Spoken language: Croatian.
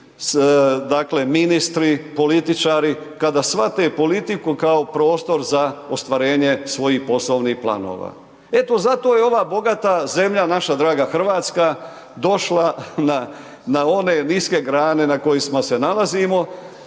dakle, ministri, političari, kada shvate politiku kao prostro za ostvarenje svojih poslovnih planova. Eto zato je ova bogata zemlja, naša draga Hrvatska, došla na one niske grane na koji se mi nalazimo.